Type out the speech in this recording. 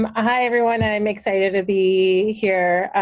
um ah hi everyone, i'm excited to be here,